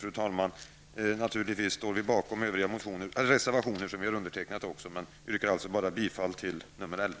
Naturligtvis står vi även bakom de övriga reservationer som vi har undertecknat, men jag yrkar således endast bifall till reservation 11.